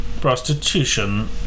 Prostitution